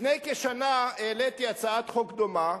לפני כשנה העליתי הצעת חוק דומה,